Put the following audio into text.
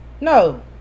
No